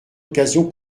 occasion